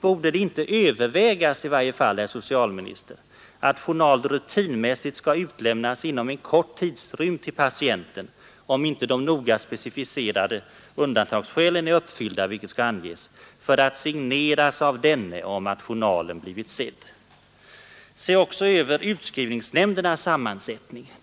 Borde det inte i varje fall övervägas, herr socialminister, att journaler rutinmässigt skall utlämnas till patienten inom en kort tidsrymd om inte de noga specificerade undantagsskälen är uppfyllda, vilka skall anges — för att förses med dennes signatur om att journalen blivit sedd? Se också över utskrivningsnämndernas sammansättning!